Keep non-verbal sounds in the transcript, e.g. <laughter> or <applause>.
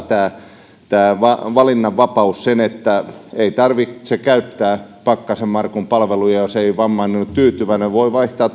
<unintelligible> tämä tämä valinnanvapaus mahdollistaa sen että ei tarvitse käyttää pakkasen markun palveluja jos ei vammainen ole tyytyväinen voi vaihtaa <unintelligible>